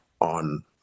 on